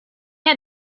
had